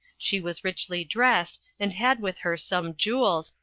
she was richly dressed, and had with her some jewels,